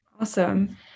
Awesome